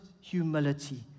humility